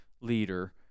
leader